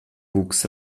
wuchs